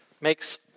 makes